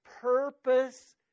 purpose